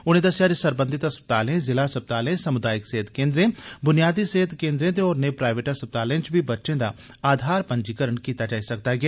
उनें दस्सेआ जे सरबंघत अस्पतालें ज़िला अस्पतालें समुदायिक सेह्त केन्द्रें बुनियादी सेह्त केन्द्रें ते होरने प्राइवेट अस्पतालें च बच्चे दा आधार पंजीकरण कीता जाई सकदा ऐ